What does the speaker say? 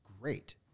great